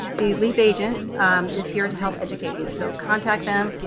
the leap agent is here to help educate you, so contact them.